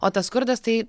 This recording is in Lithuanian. o tas skurdas tai